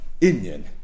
Indian